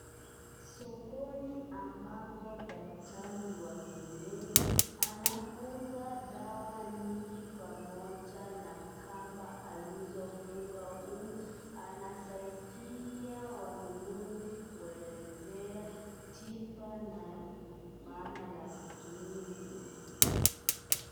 Sokoni ambapo daktari wa kienyeji anauza dawa nyingi pamoja na kamba alizofunga humo, anasaidia wanunuzi kuelezea tiba na maana ya kutumia hiyo.